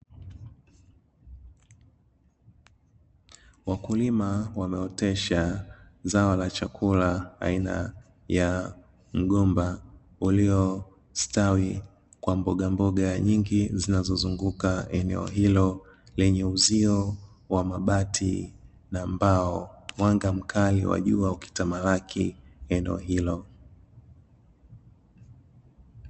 Wakulima wameotesha zao la chakula aina ya mgomba uliostawi kwa mbogamboga nyingi, zinazozunguka eneo hilo lenye uzio wa mabati na mbao, mwanga mkali wa jua ukitamalaki eneo hilo.